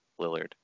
Lillard